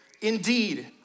indeed